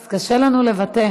בבקשה.